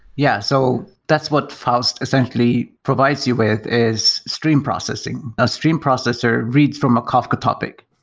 yeah. so that's what faust essentially provides you with, is stream processing. a stream processor reads from ah kafka topic.